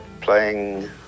playing